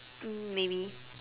um maybe